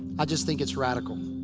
i just think it's radical.